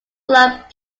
club